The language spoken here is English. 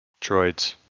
Droids